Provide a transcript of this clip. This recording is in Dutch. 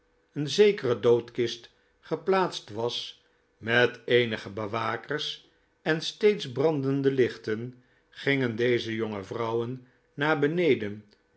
een zekere doodkist geplaatst was met eenige bewakers en steeds brandende lichten gingen deze jonge vrouwen naar beneden